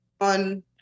on